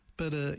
para